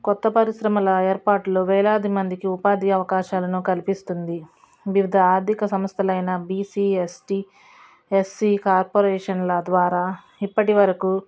కొత్త పరిశ్రమల ఏర్పాట్లు వేలాది మందికి ఉపాధి అవకాశాలను కల్పిస్తుంది వివిధ ఆర్థిక సంస్థలైన బీసీ ఎస్టీ ఎస్సీ కార్పొరేషన్ల ద్వారా ఇప్పటివరకు